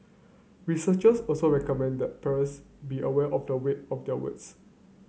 researchers also recommend that parents be aware of the weight of their words